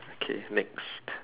okay next